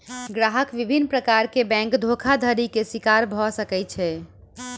ग्राहक विभिन्न प्रकार के बैंक धोखाधड़ी के शिकार भअ सकै छै